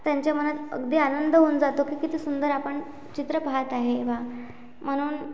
त्यांच्या मनात अगदी आनंद होऊन जातो की किती सुंदर आपण चित्र पाहत आहे वा म्हणून